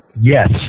yes